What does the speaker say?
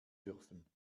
dürfen